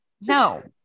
No